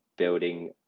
building